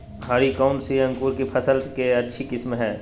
हरी कौन सी अंकुर की फसल के अच्छी किस्म है?